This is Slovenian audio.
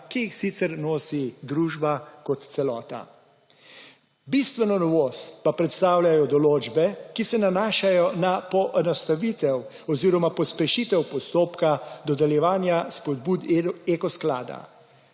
ki jih sicer nosi družba kot celota. Bistveno novost pa predstavljajo določbe, ki se nanašajo na poenostavitev oziroma pospešitev postopka dodeljevanja spodbud Eko sklada.